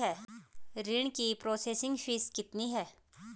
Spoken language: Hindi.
ऋण की प्रोसेसिंग फीस कितनी है?